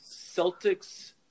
Celtics